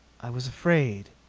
i was afraid.